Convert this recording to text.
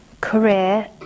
career